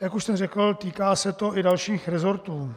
Jak už jsem řekl, týká se to i dalších resortů.